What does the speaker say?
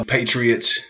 patriots